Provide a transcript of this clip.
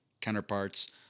counterparts